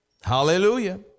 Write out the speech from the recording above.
Hallelujah